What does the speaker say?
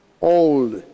old